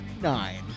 nine